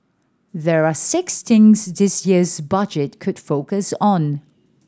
there are six things this year's budget could focus on